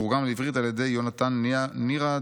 (תורגם לעברית על ידי יונתן ניראד,